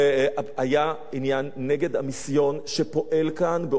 היה עניין נגד המיסיון שפועל כאן באופן אגרסיבי.